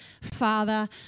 Father